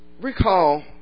Recall